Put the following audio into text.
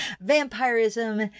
vampirism